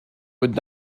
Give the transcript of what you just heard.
would